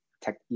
tech